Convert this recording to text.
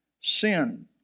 sin